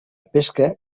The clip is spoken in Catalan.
pesca